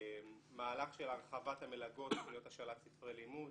מהלך של הרחבת המלגות, תוכניות השאלת ספרי לימוד.